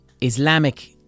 Islamic